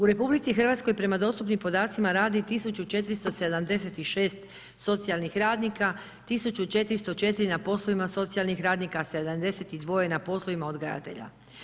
U RH prema dostupnim podacima radi 1476 socijalnih radnika, 1404 na poslovima socijalnih radnika a 72 na poslovima odgajatelja.